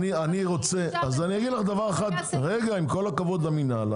אבל אי-אפשר לתת ושהוא יעשה --- עם כל הכבוד למינהל,